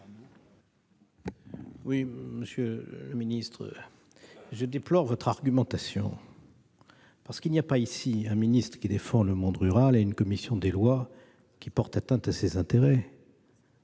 Monsieur le ministre, je déplore votre argumentation. Il n'y a pas ici un ministre qui défendrait le monde rural et une commission des lois qui porterait atteinte aux intérêts